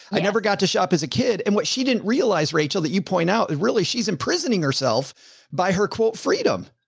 i never got to shop as a kid. and what she didn't realize, rachel, that you point out is really she's imprisoning herself by her quote freedom.